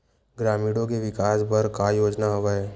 ग्रामीणों के विकास बर का योजना हवय?